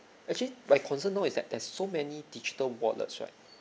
actually my concern now is that there's so many digital wallets right